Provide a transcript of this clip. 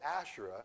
Asherah